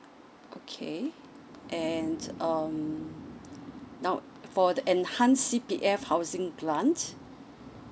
okay and um now for the enhanced C_P_F housing grant